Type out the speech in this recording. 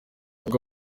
ubwo